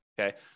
okay